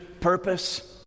purpose